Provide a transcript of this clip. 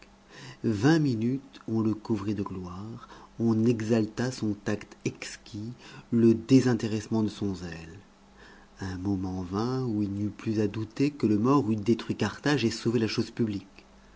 vingt minutes on le couvrit de gloire on exalta son tact exquis le désintéressement de son zèle un moment vint où il n'y eut plus à douter que le mort eût détruit carthage et sauvé la chose publique